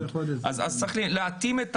אז צריך להתאים את